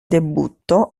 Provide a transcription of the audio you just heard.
debutto